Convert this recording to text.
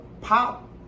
pop